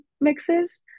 mixes